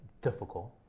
difficult